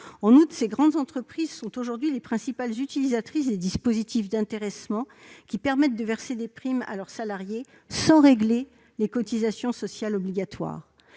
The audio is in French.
En outre, ces grandes entreprises sont aujourd'hui les principales utilisatrices des dispositifs d'intéressement, qui leur permettent de verser des primes à leurs salariés sans régler les cotisations sociales obligatoires.